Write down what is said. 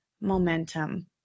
momentum